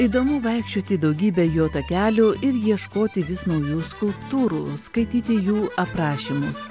įdomu vaikščioti daugybe jo takelių ir ieškoti vis naujų skulptūrų skaityti jų aprašymus